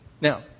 Now